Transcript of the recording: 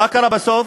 מה קרה בסוף?